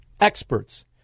experts